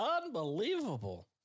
Unbelievable